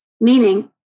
meaning